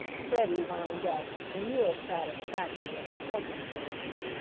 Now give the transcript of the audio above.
freddie wound up, in real satisfaction at his hugging ability.